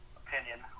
opinion